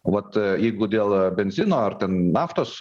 o vat jeigu dėl benzino ar ten naftos